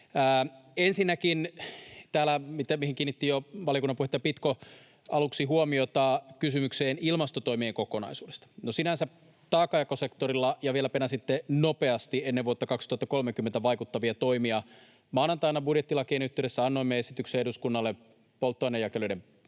Ensinnäkin, mihin täällä kiinnitti jo valiokunnan puheenjohtaja Pitko aluksi huomiota, kysymykseen ilmastotoimien kokonaisuudesta: No, sinänsä taakanjakosektorilla — ja vielä penäsitte nopeasti, ennen vuotta 2030 vaikuttavia toimia — maanantaina budjettilakien yhteydessä annoimme esityksen eduskunnalle polttoainejakelijoiden